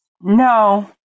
No